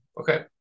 Okay